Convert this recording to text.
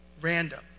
random